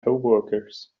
coworkers